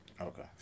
Okay